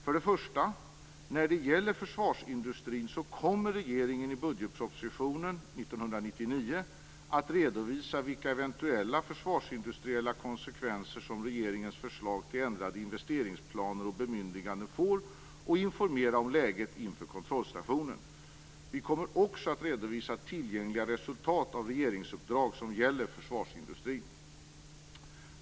För det första: När det gäller försvarsindustrin kommer regeringen i budgetpropositionen för 1999 att redovisa vilka eventuella försvarsindustriella konsekvenser som regeringens förslag till ändrade investeringsplaner och bemyndiganden får och informera om läget inför kontrollstationen. Vi kommer också att redovisa tillgängliga resultat av regeringsuppdrag som gäller försvarsindustrin.